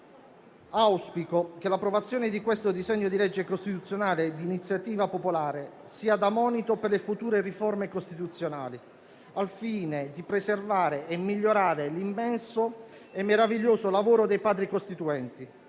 auspico che l'approvazione di questo disegno di legge costituzionale di iniziativa popolare sia un monito per le future riforme costituzionali, al fine di preservare e migliorare l'immenso e meraviglioso lavoro dei Padri costituenti,